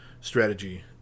strategy